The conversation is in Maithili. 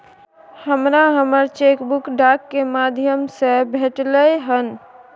हमरा हमर चेक बुक डाक के माध्यम से भेटलय हन